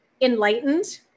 enlightened